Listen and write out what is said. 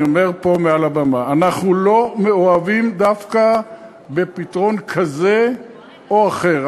אני אומר פה מעל הבמה: אנחנו לא מאוהבים דווקא בפתרון כזה או אחר.